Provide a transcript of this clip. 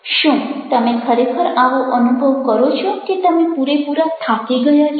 શું તમે ખરેખર આવો અનુભવ કરો છો કે તમે પૂરેપૂરા થાકી ગયા છો